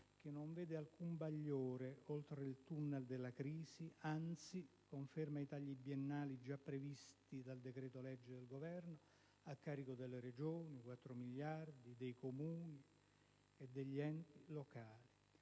che non vede alcun bagliore oltre il tunnel della crisi; anzi conferma i tagli biennali già previsti dal decreto-legge del Governo a carico delle Regioni (pari a 4 miliardi per il 2011), dei Comuni e degli enti locali.